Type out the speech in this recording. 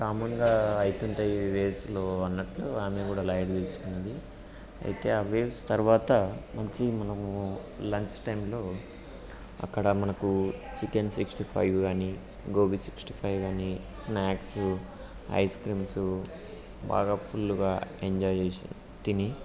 కామన్గా అవుతుంటాయి ఈ వేవ్స్లో అన్నట్లు ఆమె కూడా లైటు తీసుకున్నది అయితే ఆ వేవ్స్ తరువాత మంచి మనము లంచ్ టైంలో అక్కడ మనకు చికెన్ సిక్స్టీ ఫైవ్ కానీ గోబీ సిక్స్టీ ఫైవ్ కానీ స్నాక్స్ ఐస్ క్రీమ్స్ బాగా ఫుల్లుగా ఎంజాయ్ చేసి తిని